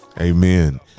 amen